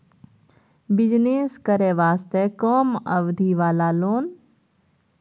Business करे वास्ते कम अवधि वाला लोन?